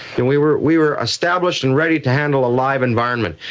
and we were we were established and ready to handle a live environment,